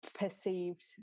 perceived